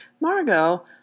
Margot